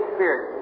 Spirit